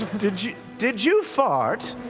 did you did you fart?